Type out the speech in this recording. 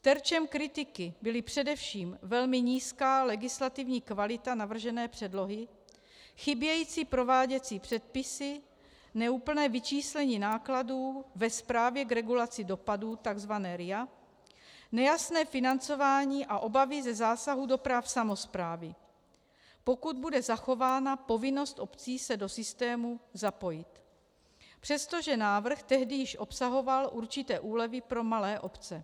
Terčem kritiky byla především velmi nízká legislativní kvalita navržené předlohy, chybějící prováděcí předpisy, neúplné vyčíslení nákladů ve zprávě k regulaci dopadů, tzv. EIA, nejasné financování a obavy ze zásahů do práv samosprávy, pokud bude zachována povinnost obcí se do systému zapojit, přestože návrh tehdy již obsahoval určité úlevy pro malé obce.